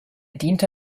diente